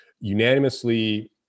unanimously